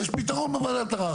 יש פתרון בוועדת ערער,